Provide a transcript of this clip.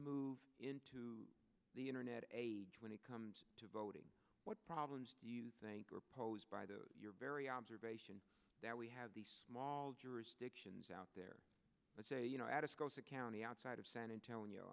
move into the internet age when it comes to voting what problems do you think are posed by the very observation that we have these small jurisdictions out there let's say you know at a scotia county outside of san antonio